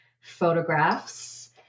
photographs